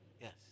Yes